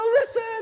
listen